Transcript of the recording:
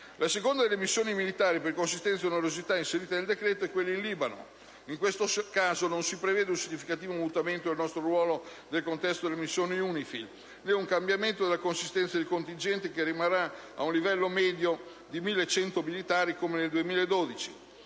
La seconda delle missioni militari, per consistenza ed onerosità, inserita nel decreto è quella in Libano. In questo caso, non si prevede un significativo mutamento del nostro ruolo nel contesto della missione UNIFIL, né un cambiamento della consistenza del contingente, che rimarrà ad un livello medio di 1.100 militari, come nel 2012.